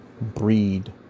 breed